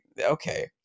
Okay